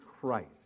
Christ